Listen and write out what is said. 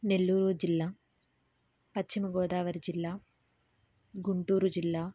నెల్లూరు జిల్లా పశ్చిమగోదావరి జిల్లా గుంటూరు జిల్లా